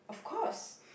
of course